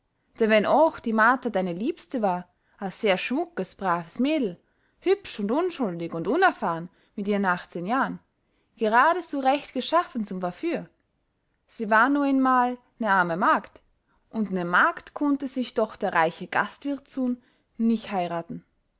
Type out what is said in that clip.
denn wenn ooch die martha deine liebste war a sehr schmuckes braves mädel hübsch und unschuldig und unerfahren mit ihren achtzehn jahr'n gerade su recht geschaffen zum verführ sie war nu eenmal ne arme magd und ne magd kunnte sich doch der reiche gastwirtsuhn nich heiraten